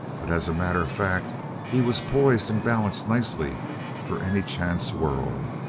but as a matter of fact he was poised and balanced nicely for any chance whirl.